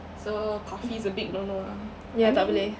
so coffee is a big no no lah I mean